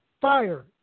fire